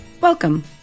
Welcome